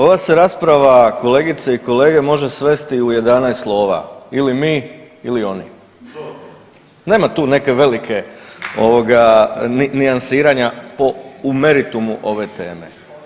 Ova se rasprava kolegice i kolege može svesti u 11 slova ili mi ili oni, nema tu neke velike nijansiranja u meritumu ove teme.